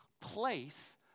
place